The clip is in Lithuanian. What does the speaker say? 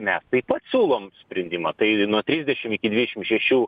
mes taip pat siūlom sprendimą tai nuo trisdešim iki dvidešim šešių